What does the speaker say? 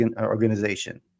organization